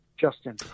Justin